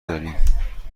داریم